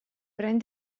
pren